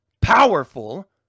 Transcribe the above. powerful